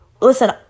Listen